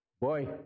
boy